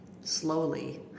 slowly